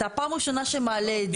אתה פעם ראשונה שמעלה את זה.